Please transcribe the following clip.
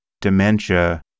dementia